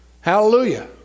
hallelujah